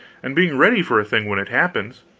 and being ready for a thing when it happens.